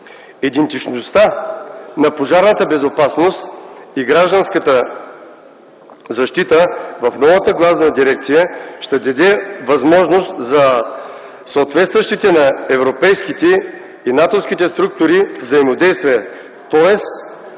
Идентичността на пожарната безопасност и Гражданската защита в новата главна дирекция ще даде възможност за съответстващите на европейските и натовските структури взаимодействия, тоест